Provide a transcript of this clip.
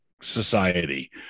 society